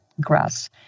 grass